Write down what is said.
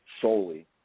solely